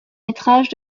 métrage